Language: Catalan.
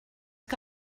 que